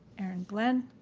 erin glen,